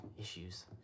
issues